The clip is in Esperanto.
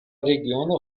regiono